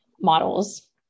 models